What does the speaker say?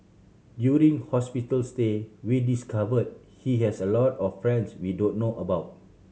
during hospital stay we discovered he has a lot of friends we don't know about